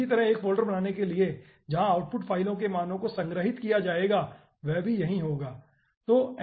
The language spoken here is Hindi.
इसी तरह एक फ़ोल्डर बनाने के लिए जहां आउटपुट फाइलों के मानो को संग्रहित किया जाएगा वह भी यही होगा ठीक है